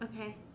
Okay